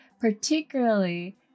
particularly